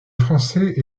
français